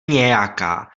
nějaká